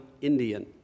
Indian